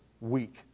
week